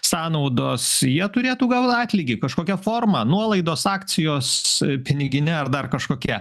sąnaudos jie turėtų gaut atlygį kažkokia forma nuolaidos akcijos pinigine ar dar kažkokia